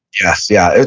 yes. yeah.